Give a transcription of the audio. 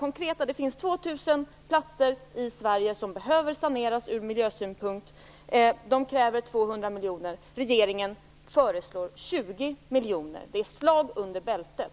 Det finns 2 000 platser i Sverige som behöver saneras från miljösynpunkt, för vilket det krävs 200 miljoner. Regeringen föreslår 20 miljoner. Det är ett slag under bältet.